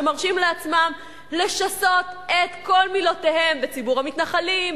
שמרשים לעצמם לשסות את כל מילותיהם בציבור המתנחלים,